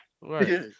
Right